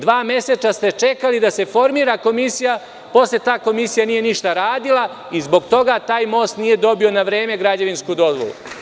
Dva meseca ste čekali da se formira komisija, posle ta komisija nije ništa radila i zbog toga taj most nije na vreme dobio građevinsku dozvolu.